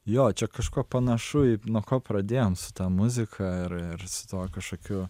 jo čia kažkuo panašu į nuo ko pradėjom su ta muzika ir ir su tuo kažkokiu